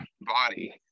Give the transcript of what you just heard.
body